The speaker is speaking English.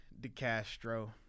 DeCastro